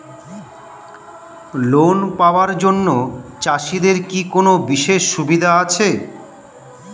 Loan পাওয়ার জন্য চাষিদের কি কোনো বিশেষ সুবিধা আছে?